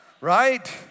Right